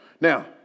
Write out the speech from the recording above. now